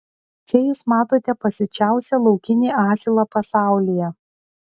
čia jūs matote pasiučiausią laukinį asilą pasaulyje